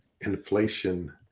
Inflation